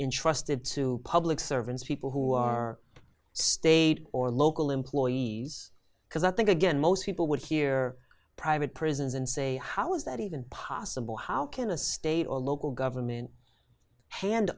intrusted to public servants people who are state or local employees because i think again most people would hear private prisons and say how is that even possible how can a state or local government hand